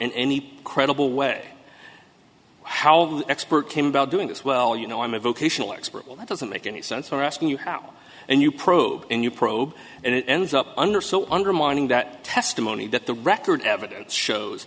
any credible way how the expert came about doing this well you know i'm a vocational expert well that doesn't make any sense are asking you now and you probe and you probe and it ends up under so undermining that testimony that the record evidence shows